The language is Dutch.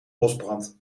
bosbrand